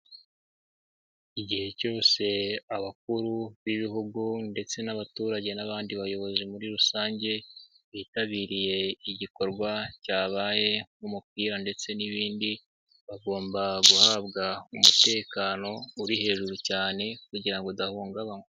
Igihe cyose abakuru b'ibihugu ndetse n'abaturage n'abandi bayobozi muri rusange, bitabiriye igikorwa cyabaye nk'umupira ndetse n'ibindi bagomba guhabwa umutekano uri hejuru cyane kugira udahungabanywa.